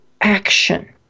action